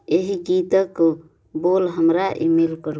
एही गीतक बोल हमरा ई मेल करू